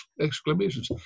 exclamations